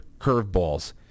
curveballs